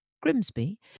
Grimsby